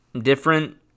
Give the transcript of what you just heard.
different